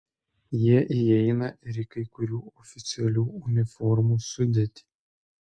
jie įeina ir į kai kurių oficialių uniformų sudėtį